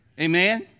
Amen